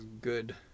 good